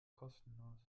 kostenlos